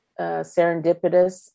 serendipitous